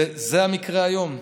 וזה המקרה היום.